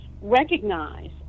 recognize